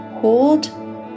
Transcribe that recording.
Hold